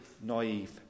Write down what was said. naive